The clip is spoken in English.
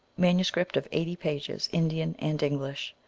manuscript of eighty pages, indian and english.